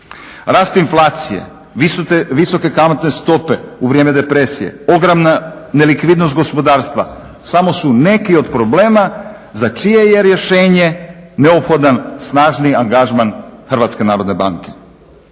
Rast inflacije, visoke kamatne stope u vrijeme depresije, ogromna nelikvidnost gospodarstva samo su neki od problema za čije je rješenje neophodan snažniji angažman HNB-a.